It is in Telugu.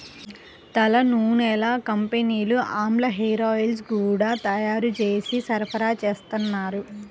తలనూనెల కంపెనీలు ఆమ్లా హేరాయిల్స్ గూడా తయ్యారు జేసి సరఫరాచేత్తన్నారు